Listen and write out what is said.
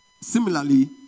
similarly